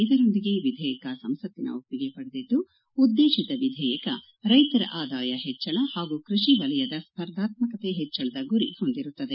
ಇದರೊಂದಿಗೆ ವಿಧೇಯಕ ಸಂಸತ್ತಿನ ಒಪ್ಪಿಗೆ ಪಡೆದಿದ್ದು ಉದ್ದೇಶಿತ ವಿಧೇಯಕ ರೈತರ ಆದಾಯ ಹೆಚ್ಚಳ ಹಾಗೂ ಕೃಷಿ ವಲಯದ ಸ್ಪರ್ಧಾತ್ಮಕತೆ ಹೆಚ್ಚಳದ ಗುರಿ ಹೊಂದಿರುತ್ತದೆ